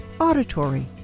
auditory